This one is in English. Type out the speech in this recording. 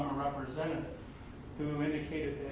representative who indicated